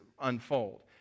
unfold